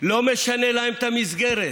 לא משנה להם את המסגרת,